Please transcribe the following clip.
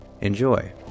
Enjoy